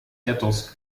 quatorze